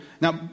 Now